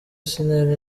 sinari